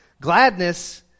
Gladness